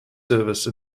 service